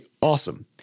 awesome